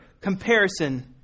comparison